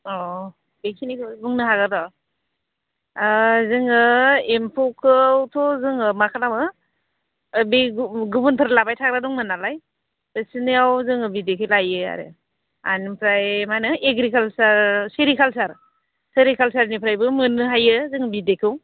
अ बेखिनिखौ बुंनो हागोन र' जोङो एम्फौखौथ' जोङो मा खालामो बे गुबुनफोर लाबाय थाग्रा दंमोन नालाय बिसोरनियाव जोङो बिदैखौ लायो आरो बेनिफ्राय मा होनो एग्रिकाल्चार सेरिकाल्चार सेरिकाल्चारनिफ्रायबो मोननो हायो जोङो बिदैखौ